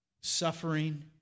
suffering